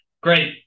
great